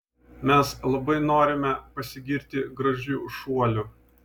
mes labai norime pasigirti gražiu šuoliu